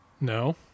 No